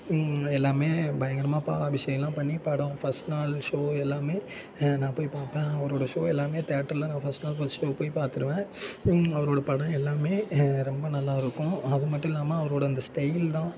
எல்லாமே பயங்கரமாக பாலாபிஷேகம்லாம் பண்ணி படம் ஃபஸ்ட் நாள் ஷோ எல்லாமே நான் போய் பார்ப்பேன் அவரோடய ஷோ எல்லாமே தேட்டர்ல நான் ஃபஸ்ட் நாள் ஃபஸ்ட் ஷோ போய் பார்த்துடுவேன் அவரோட படம் எல்லாமே ரொம்ப நல்லா இருக்கும் அது மட்டும் இல்லாமல் அவரோடய அந்த ஸ்டைல் தான்